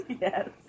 Yes